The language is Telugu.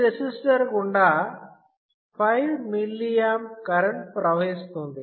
ఈ రెసిస్టర్ గుండా 5mA కరెంటు ప్రవహిస్తుంది